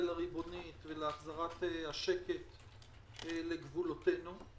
הריבונית ולהחזרת השקט לגבולותינו.